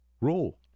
rule